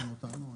שהזמנתם אותנו.